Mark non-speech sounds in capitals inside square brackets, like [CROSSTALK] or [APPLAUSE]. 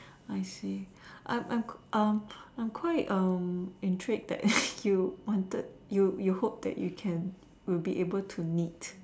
I see I'm I'm um I'm quite um intrigued that [NOISE] you wanted you you hoped that you can will be able to knit